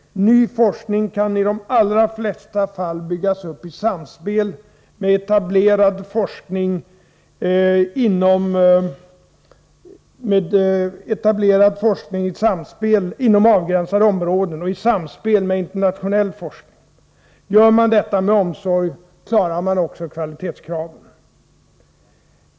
Ny forskning kan i de allra flesta fall byggas upp i samspel med etablerad forskning inom angränsande områden och i samspel med internationell forskning. Gör man detta med omsorg, klarar man också kvalitetskraven.